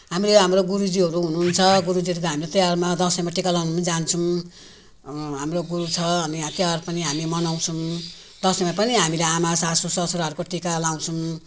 हामीले हाम्रो गुरुजीहरू हुनुहुन्छ गुरुजीहरू त हाम्रो तिहारमा दसैँमा टिका लगाउन पनि जान्छौँ हाम्रो गुरु छ अनि तिहार पनि हामी मनाउँछौँ दसैँमा पनि हामीले आमा सासूससुराहरूको टिका लगाउँछौँ